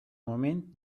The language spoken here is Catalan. moment